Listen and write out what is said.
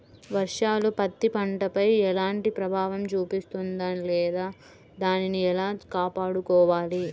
వర్షాలు పత్తి పంటపై ఎలాంటి ప్రభావం చూపిస్తుంద లేదా దానిని ఎలా కాపాడుకోవాలి?